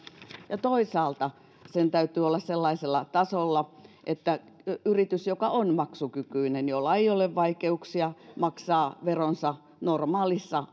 ja toisaalta sen täytyy olla sellaisella tasolla että yritys joka on maksukykyinen jolla ei ole vaikeuksia maksaa veronsa normaalissa